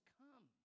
come